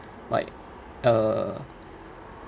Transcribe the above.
like uh